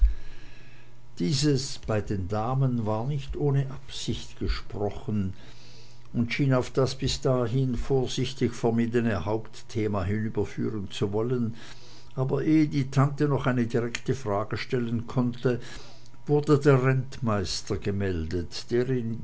dies bei den damen war nicht ohne absicht gesprochen und schien auf das bis dahin vorsichtig vermiedene hauptthema hinüberführen zu sollen aber ehe die tante noch eine direkte frage stellen konnte wurde der rentmeister gemeldet der